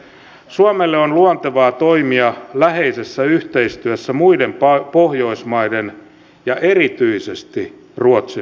suomelle on luontevaa toimia läheisessä yhteistyössä muiden pohjoismaiden ja erityisesti ruotsin kanssa